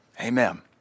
amen